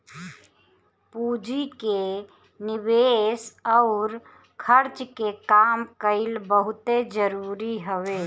पूंजी के निवेस अउर खर्च के काम कईल बहुते जरुरी हवे